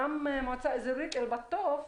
גם המועצה האזורית אל-בטוף,